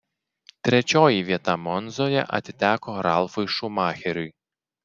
trečioji vieta monzoje atiteko ralfui šumacheriui